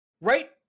right